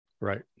Right